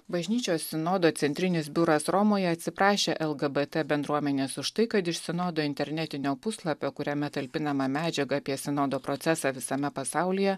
bažnyčios sinodo centrinis biuras romoje atsiprašė lgbt bendruomenės už tai kad iš sinodo internetinio puslapio kuriame talpinama medžiaga apie sinodo procesą visame pasaulyje